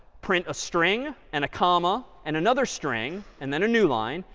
print a string, and a comma, and another string, and then a new line.